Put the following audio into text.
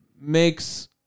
makes